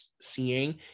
seeing